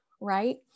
right